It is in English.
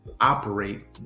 operate